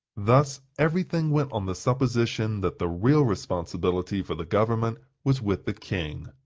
thus every thing went on the supposition that the real responsibility for the government was with the king.